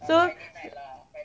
so